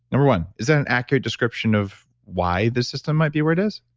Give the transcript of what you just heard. number one, is that an accurate description of why the system might be where it is?